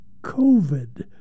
COVID